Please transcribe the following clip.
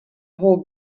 hold